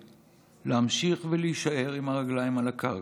להמשיך ולהישאר עם הרגליים על הקרקע,